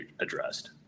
addressed